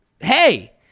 Hey